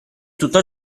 tutto